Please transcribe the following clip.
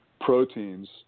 proteins